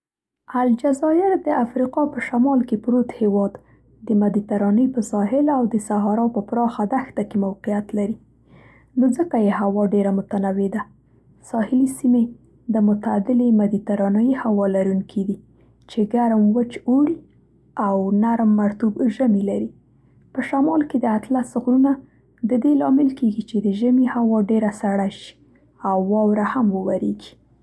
الجزایر، د افریقا په شمال کې پروت هېواد، د مدیترانې په ساحل او د صحارا په پراخه دښته کې موقعیت لري، نو ځکه یې هوا ډېره متنوع ده. ساحلي سیمې د معتدلې مدیترانه‌يي هوا لرونکې دي، چې ګرم، وچ اوړي او نرم، مرطوب ژمي لري. په شمال کې د اطلس غرونه د دې لامل کیږي چې د ژمي هوا ډېره سړه شي او واوره هم ووریږي.